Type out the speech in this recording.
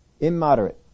immoderate